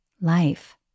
life